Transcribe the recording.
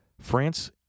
France